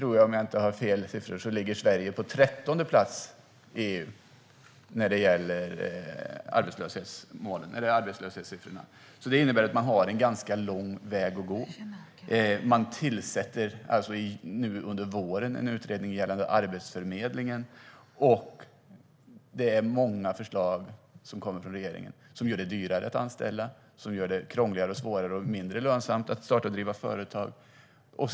Om jag inte har fel siffror ligger Sverige i dag på 13:e plats i EU när det gäller arbetslöshet. Det innebär att man har en ganska lång väg att gå. Man tillsätter nu under våren en utredning gällande Arbetsförmedlingen. Det kommer från regeringen också många förslag som gör det dyrare att anställa och som gör det krångligare, svårare och mindre lönsamt att starta och driva företag.